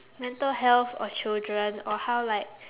mental health or children or how like